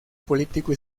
político